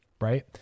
right